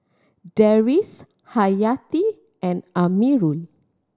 Deris Hayati and Amirul